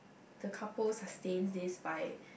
the couples are stain this by